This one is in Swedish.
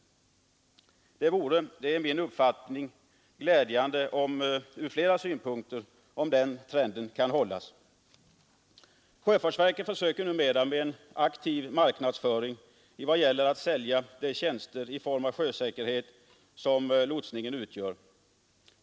Det vore enligt min uppfattning glädjande ur flera synpunkter om den trenden kunde hållas. Sjöfartsverket försöker numera bedriva en aktiv marknadsföring när det gäller att sälja de tjänster i form av sjösäkerhet som lotsningen utgör.